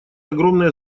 огромное